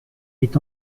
est